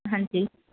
ਹਾਂਜੀ